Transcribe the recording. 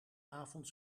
avond